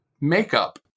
makeup